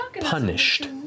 punished